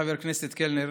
חבר הכנסת קלנר,